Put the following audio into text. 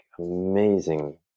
amazing